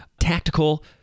tactical